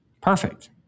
Perfect